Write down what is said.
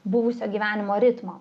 buvusio gyvenimo ritmo